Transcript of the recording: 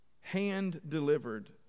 hand-delivered